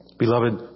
Beloved